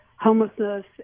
homelessness